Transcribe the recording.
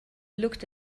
looked